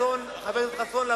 חבר הכנסת חסון,